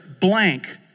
blank